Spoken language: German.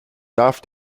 darf